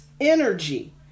energy